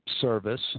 service